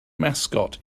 mascot